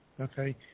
okay